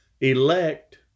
elect